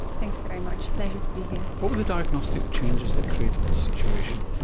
thanks very much, pleasure to be here. what were the diagnostic changes that created this situation?